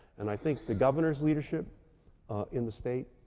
and i think the governor's leadership in the state,